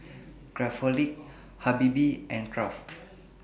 Craftholic Habibie and Kraft